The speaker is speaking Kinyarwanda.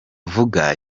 avuga